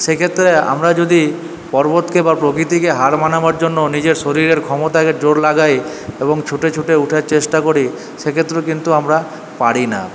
সেক্ষেত্রে আমরা যদি পর্বতকে বা প্রকৃতিকে হার মানাবার জন্য নিজের শরীরের ক্ষমতাকে জোর লাগাই এবং ছুটে ছুটে ওঠার চেষ্টা করি সেক্ষেত্রে কিন্তু আমরা পারি না